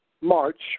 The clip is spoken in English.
march